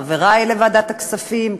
חברי לוועדת הכספים,